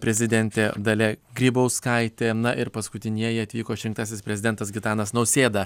prezidentė dalia grybauskaitė na ir paskutinieji atvyko išrinktasis prezidentas gitanas nausėda